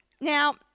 Now